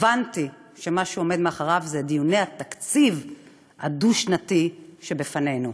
הבנתי שמה שעומד מאחוריו זה דיוני התקציב הדו-שנתי שלפנינו.